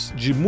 de